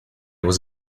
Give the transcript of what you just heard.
was